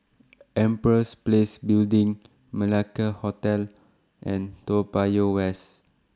Empress Place Building Malacca Hotel and Toa Payoh West